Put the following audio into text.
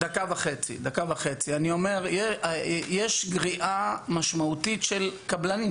אוקיי, בדקה וחצי: יש גריעה משמעותית של קבלנים.